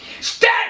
Stand